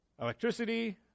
electricity